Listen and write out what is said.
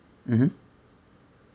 mmhmm